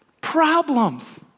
problems